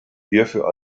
hierfür